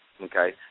okay